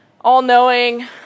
all-knowing